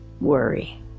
worry